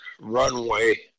runway